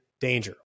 danger